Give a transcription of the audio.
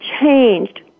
changed